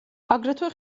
აგრეთვე